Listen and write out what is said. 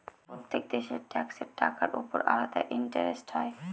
প্রত্যেক দেশের ট্যাক্সের টাকার উপর আলাদা ইন্টারেস্ট হয়